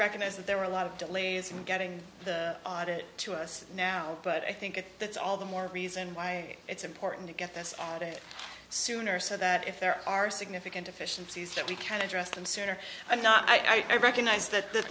recognize that there were a lot of delays in getting it to us now but i think that's all the more reason why it's important to get this day sooner so that if there are significant efficiencies that we can address them sooner i'm not i recognize that that